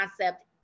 concept